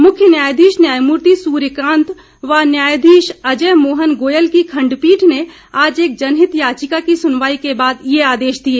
मुख्य न्यायाधीश न्यायमूर्ति सूर्यकांत व न्यायाधीश अजय मोहन गोयल की खंडपीठ ने आज एक जनहित याचिका की सुनवाई के बाद ये आदेश दिए